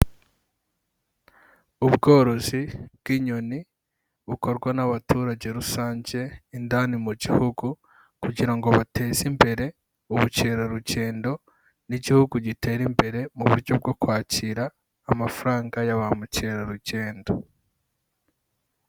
Ubworozi bw'inyoni bukorwa n'abaturage rusange indani mu gihugu kugira ngo bateze imbere ubukerarugendo n'Igihugu gitere imbere mu buryo bwo kwakira amafaranga ya ba mukerarugendo.